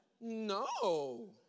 No